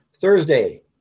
Thursday